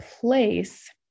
place